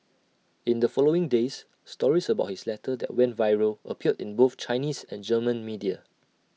in the following days stories about his letter that went viral appeared in both Chinese and German media